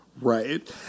Right